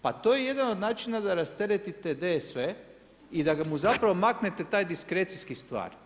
Pa to je jedan od načina da rasteretite DSV i da mu zapravo maknete taj diskrecijski stvar.